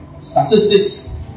Statistics